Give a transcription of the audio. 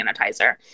sanitizer